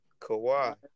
Kawhi